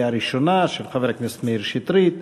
של חבר הכנסת מאיר שטרית,